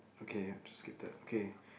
okay just skip that okay